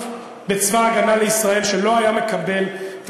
רב-אלוף בצבא הגנה לישראל שלא היה מקבל את